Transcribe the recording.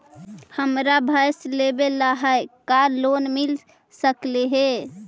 हमरा भैस लेबे ल है का लोन मिल सकले हे?